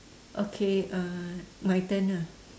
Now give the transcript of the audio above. okay uh my turn ah